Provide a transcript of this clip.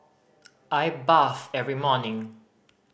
I bathe every morning